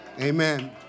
Amen